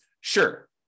Sure